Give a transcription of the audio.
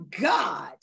God